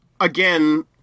again